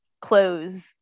clothes